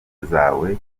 zawe